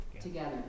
together